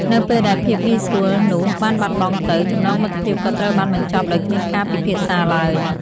នៅពេលដែលភាពងាយស្រួលនោះបានបាត់បង់ទៅ ចំណងមិត្តភាពក៏ត្រូវបានបញ្ចប់ដោយគ្មានការពិភាក្សាឡើយ។